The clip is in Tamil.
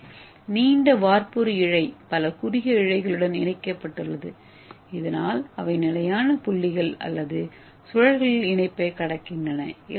இங்கே நீண்ட வார்ப்புரு இழை பல குறுகிய இழைகளுடன் இணைக்கப்பட்டுள்ளது இதனால் அவை நிலையான புள்ளிகள் அல்லது சுழல்களில் இணைப்பைக் கடக்கின்றன